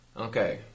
Okay